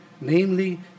namely